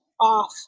off